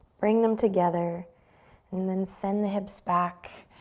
bring them together and then send the hips back,